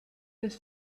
des